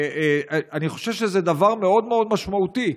אני חושב שזה דבר מאוד מאוד משמעותי,